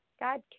God